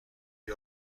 gli